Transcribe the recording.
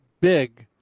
big